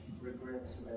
regrets